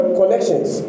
connections